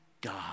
God